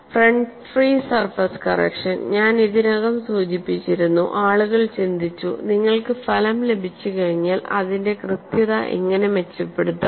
front free surface correction ഞാൻ ഇതിനകം സൂചിപ്പിച്ചിരുന്നു ആളുകൾ ചിന്തിച്ചു നിങ്ങൾക്ക് ഫലം ലഭിച്ചുകഴിഞ്ഞാൽ അതിന്റെ കൃത്യത എങ്ങനെ മെച്ചപ്പെടുത്താം